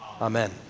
Amen